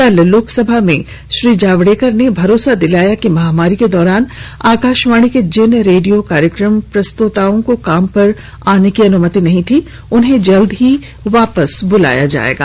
कल लोकसभा में श्री जावड़ेकर ने भरोसा दिलाया कि महामारी के दौरान आकाशवाणी के जिन रेडियो कार्यक्रम प्रस्तोताओं को काम पर आने की अनुमति नहीं थी उन्हें जल्द ही वापस बुलाया जाएगा